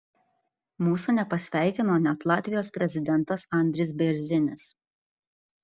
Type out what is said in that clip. mūsų nepasveikino net latvijos prezidentas andris bėrzinis